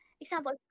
example